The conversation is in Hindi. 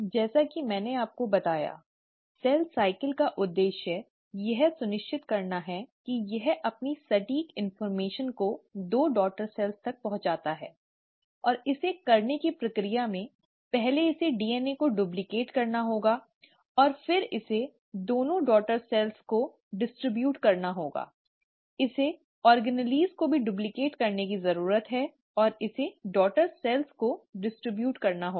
जैसा कि मैंने आपको बताया सेल साइकिल का उद्देश्य यह सुनिश्चित करना है कि यह अपनी सटीक जानकारी को दो डॉटर सेल्स तक पहुंचाता है और इसे करने की प्रक्रिया में पहले इसे DNA को डुप्लिकेट करना होगा और फिर इसे दोनों डॉटर सेल्स को वितरित करना होगा इसे ऑर्गनेल को भी डुप्लीकेट करने की जरूरत है और इसे डॉटर सेल्स को वितरित करना होगा